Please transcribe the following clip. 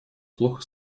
плохо